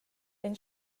ein